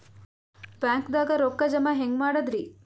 ಬ್ಯಾಂಕ್ದಾಗ ರೊಕ್ಕ ಜಮ ಹೆಂಗ್ ಮಾಡದ್ರಿ?